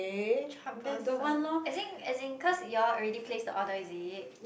troublesome as in as in cause you all already placed the order is it